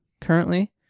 currently